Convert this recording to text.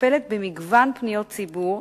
מטפלת במגוון פניות ציבור,